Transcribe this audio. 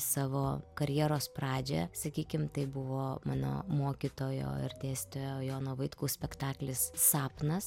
savo karjeros pradžią sakykim tai buvo mano mokytojo ir dėstytojo jono vaitkaus spektaklis sapnas